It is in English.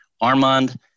Armand